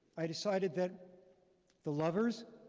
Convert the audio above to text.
i decided that the lovers,